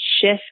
shift